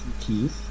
keys